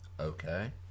Okay